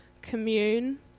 Commune